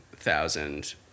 thousand